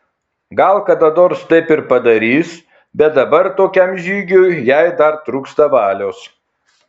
gal kada nors taip ir padarys bet dabar tokiam žygiui jai dar trūksta valios